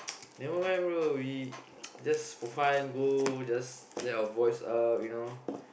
never mind bro we just for fun go just let our voice out you know